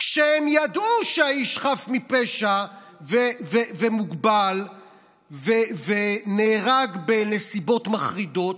כשהם ידעו שהאיש חף מפשע ומוגבל ונהרג בנסיבות מחרידות,